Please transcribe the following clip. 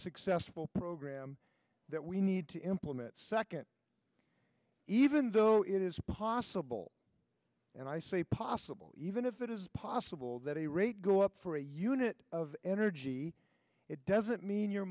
successful program that we need to implement second even though it is possible and i say possible even if it is possible that a rate go up for a unit of energy it doesn't mean you